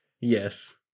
yes